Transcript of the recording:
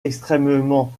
extrêmement